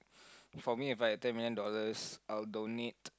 for me if I have ten million dollars I will donate